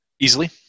Easily